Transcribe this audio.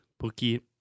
porque